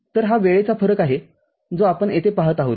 तर हा वेळेचा फरक आहे जो आपण येथे पाहत आहोत